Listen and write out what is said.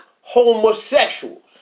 homosexuals